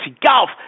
Golf